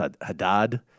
Haddad